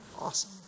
awesome